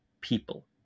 people